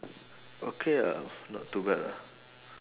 okay ah not too bad lah